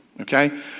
Okay